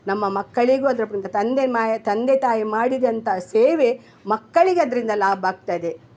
ನಮ್ಮ ಮಕ್ಕಳಿಗೂ ಅದರ ತಂದೆ ಮಾಯ ತಂದೆ ತಾಯಿ ಮಾಡಿದಂಥ ಸೇವೆ ಮಕ್ಕಳಿಗದರಿಂದ ಲಾಭ ಆಗ್ತದೆ